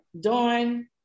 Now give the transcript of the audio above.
Dawn